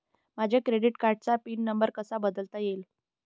माझ्या क्रेडिट कार्डचा PIN number कसा बदलता येईल?